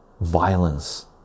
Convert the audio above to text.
violence